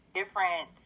different